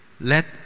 let